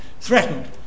threatened